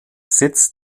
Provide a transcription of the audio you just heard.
sitz